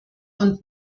und